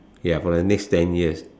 ya for the next ten years